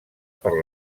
per